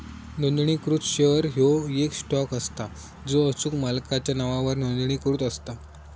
नोंदणीकृत शेअर ह्यो येक स्टॉक असता जो अचूक मालकाच्या नावावर नोंदणीकृत असता